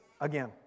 again